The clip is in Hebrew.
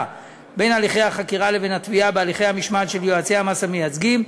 בין הליכי החקירה לבין התביעה בהליכי המשמעת של יועצי המס המייצגים,